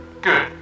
good